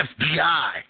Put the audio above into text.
FBI